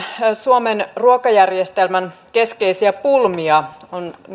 suomen ruokajärjestelmän keskeisiä pulmia on